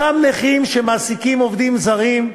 אותם נכים שמעסיקים עובדים זרים,